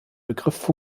begriff